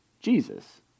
Jesus